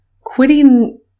quitting